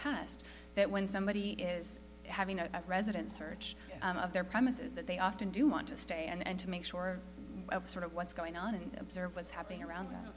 past that when somebody is having a residence search of their premises that they often do want to stay and to make sure sort of what's going on and observe what's happening around th